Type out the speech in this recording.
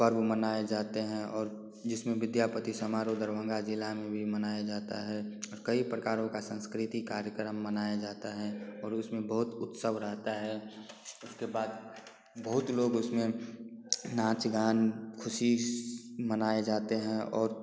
पर्व मनाया जाते हैं और जिसमें विद्यापति समारोह दरभंगा ज़िला में भी मनाया जाता है कई प्रकारों का सांस्कृतिक कार्यक्रम मनाया जाता है और उसमें बहुत उत्सव रहता है उसके बाद बहुत लोग उसमें नाच गान ख़ुशी मनाई जाते हैं और